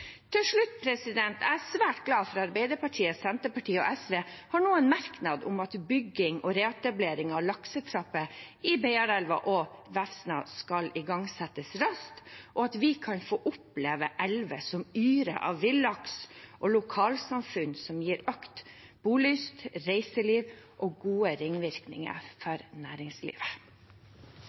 Til slutt er jeg svært glad for at Arbeiderpartiet, Senterpartiet og SV nå har en merknad om at bygging og reetablering av laksetrapper i Beiarelva og Vefsna skal igangsettes raskt, slik at vi kan få oppleve elver som yrer av villaks og lokalsamfunn som gir økt bolyst, reiseliv og gode ringvirkninger for næringslivet.